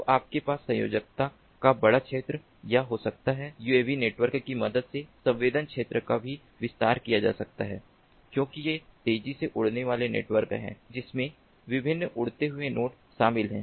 तो आपके पास संयोजकता का बड़ा क्षेत्र या हो सकता है यूएवी नेटवर्क की मदद से संवेदन क्षेत्र का भी विस्तार किया जा सकता है क्योंकि ये तेजी से उड़ने वाले नेटवर्क हैं जिनमें विभिन्न उड़ते हुए नोड शामिल हैं